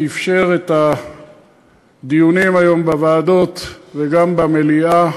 שאפשר את הדיונים היום בוועדות וגם במליאה,